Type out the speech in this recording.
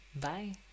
Bye